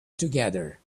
together